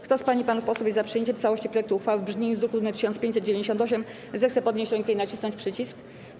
Kto z pań i panów posłów jest za przyjęciem w całości projektu uchwały w brzmieniu z druku nr 1598, zechce podnieść rękę i nacisnąć przycisk.